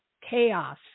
chaos